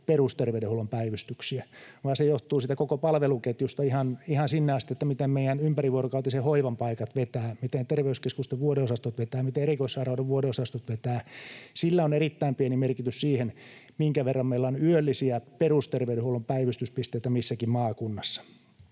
perusterveydenhuollon päivystyksiä, vaan se johtuu siitä koko palveluketjusta ihan sinne asti, että miten meidän ympärivuorokautisen hoivan paikat vetävät, miten terveyskeskusten vuodeosastot vetävät, miten erikoissairaanhoidon vuodeosastot vetävät. Sillä on erittäin pieni merkitys siihen, minkä verran meillä on yöllisiä perusterveydenhuollon päivystyspisteitä missäkin maakunnassa.